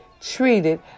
treated